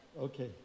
okay